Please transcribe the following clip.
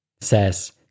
says